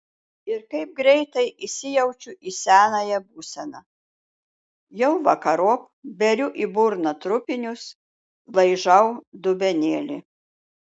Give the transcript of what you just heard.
ir kaip greitai įsijaučiu į senąją būseną jau vakarop beriu į burną trupinius laižau dubenėlį